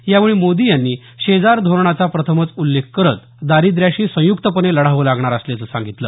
यावेळी मोदी यांनी शेजार धोरणाचा प्रथमच उल्लेख करत दारिद्र्याशी संयुक्तपणे लढावं लागणार असल्याचं सांगितलं